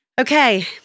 Okay